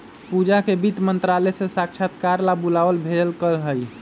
पूजा के वित्त मंत्रालय से साक्षात्कार ला बुलावा भेजल कई हल